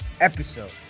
episode